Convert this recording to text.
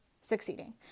succeeding